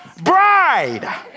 bride